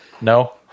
No